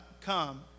come